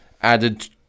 added